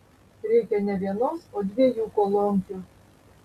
reikia ne vienos o dviejų kolonkių